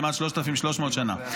כמעט 3,300 שנה.